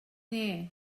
there